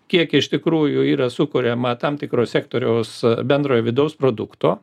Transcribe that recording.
kiek iš tikrųjų yra sukuriama tam tikro sektoriaus bendrojo vidaus produkto